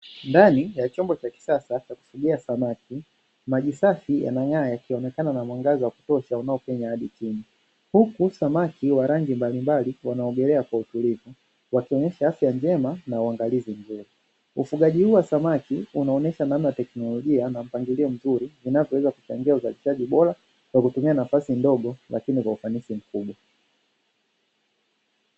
Ndani ya chombo cha kisasa cha kufugia samaki, maji safi yanang'aa yakionekana na mwangaza wa kutosha unapenya hadi chini, huku samaki wa rangi mbalimbali wanaogelea kwa utulivu wakionesha afya njema na uangalizi mzuri, ufugaji huu wa samaki unaonesha namna teknolojia na mpangilo mzuri vinavyoweza kuchangia uzalishaji bora kwa kutumia nafasi ndogo lakini kwa ufanisi mkubwa.